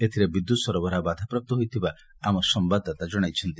ଏଥିରେ ବିଦ୍ୟୁତ୍ ସରବରାହ ବାଧାପ୍ରାପ୍ତ ହୋଇଥିବା ଆମ ସମ୍ୟାଦଦାତା ଜଣାଇଛନ୍ତି